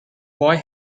boy